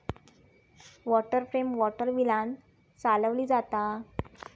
water frame water व्हीलांन चालवली जाता